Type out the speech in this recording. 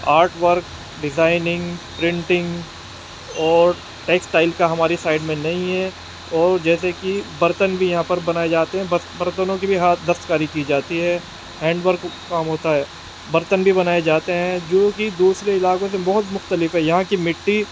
art work designing printing اور textile کا ہماری سائڈ میں نہیں ہے اور جیسے کہ برتن بھی یہاں پر بنائے جاتے ہیں برتنوں کی بھی ہاتھ دستکاری کی جاتی ہے ہینڈ ورک کام ہوتا ہے برتن بھی بنائے جاتے ہیں جو کہ دوسرے علاقوں سے بہت مختلف ہے یہاں کی مٹی